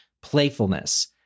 playfulness